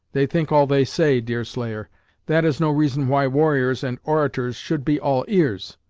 they think all they say, deerslayer that is no reason why warriors and orators should be all ears.